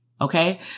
okay